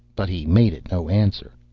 but he made it no answer.